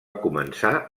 començar